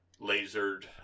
lasered